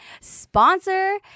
sponsor